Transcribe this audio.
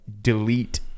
delete